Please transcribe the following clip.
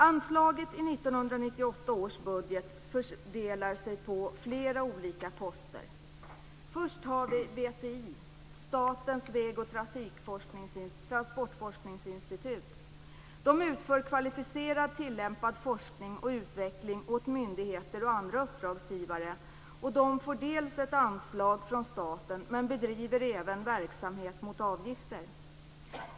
Anslaget i 1998 års budget fördelar sig på flera olika poster. Först är det VTI, Statens väg och transportforskningsinstitut. De utför kvalificerad tillämpad forskning och utveckling åt myndigheter och andra uppdragsgivare. De får dels ett anslag från staten men bedriver även verksamhet mot avgifter.